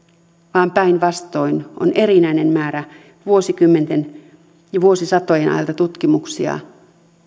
vaan päinvastoin on erinäinen määrä vuosikymmenten ja vuosisatojen ajalta tutkimuksia